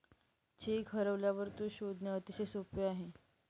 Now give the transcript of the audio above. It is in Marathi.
चेक हरवल्यावर तो शोधणे अतिशय सोपे आहे